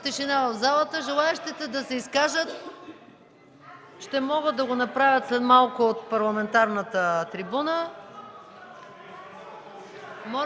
тишина в залата. Желаещите да се изкажат ще могат да го направят след малко от парламентарната трибуна.